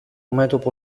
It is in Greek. μέτωπο